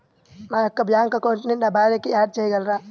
నా యొక్క బ్యాంక్ అకౌంట్కి నా భార్యని యాడ్ చేయగలరా?